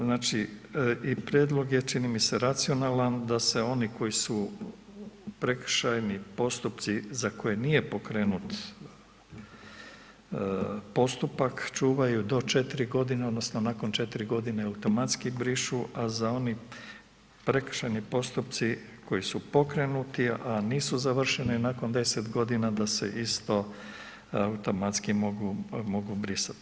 Znači i prijedlog je čini mi se racionalan da se oni koji su prekršajni postupci za koje nije pokrenut postupak čuvaju do 4 godine odnosno nakon 4 godine automatski brišu, a za oni prekršajni postupci koji su pokrenuti, a nisu završeni nakon 10 godina da se isto automatski mogu brisati.